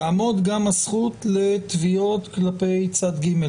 תעמוד גם הזכות לתביעות כלפי צד ג'.